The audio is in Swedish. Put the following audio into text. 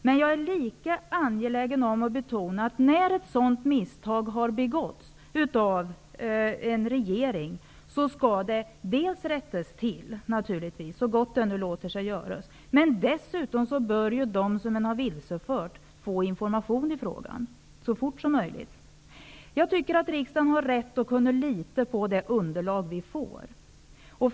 Men jag är också angelägen att betona att om en regering har begått ett sådant misstag skall detta naturligtvis rättas till så gott det låter sig göras. Dessutom bör de som vilseförts så fort som möjligt få information i frågan. Jag tycker att riksdagen skall kunna lita på de underlag som lämnas.